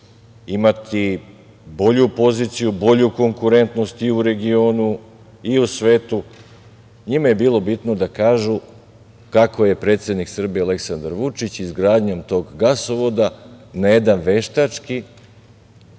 imati bolju poziciju, bolju konkurentnost i u regionu, i u svetu, njima je bilo bitno da kažu kako je predsednik Srbije Aleksandar Vučić, izgradnjom tog gasovoda na jedan veštački,